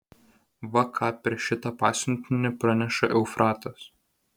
va ką per šitą pasiuntinį praneša eufratas